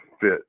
fit